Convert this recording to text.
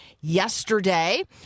Yesterday